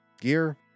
gear